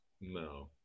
No